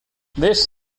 this